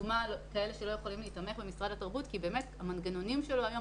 כאלה שלא יכולים להיתמך במשרד התרבות כי באמת המנגנונים שלו היום